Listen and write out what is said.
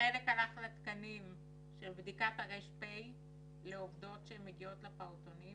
חלק הלך לתקנים של בדיקת הר"פ לעובדות שמגיעות לפעוטונים